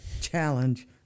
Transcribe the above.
challenge